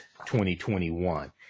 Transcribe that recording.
2021